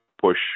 push